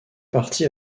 partie